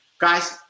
guys